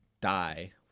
die